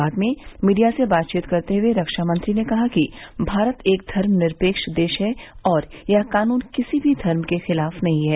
बाद में मीडिया से बातचीत करते हुए रक्षामंत्री ने कहा कि भारत एक धर्म निरपेक्ष देश है और यह कानून किसी भी धर्म के ख़िलाफ नहीं है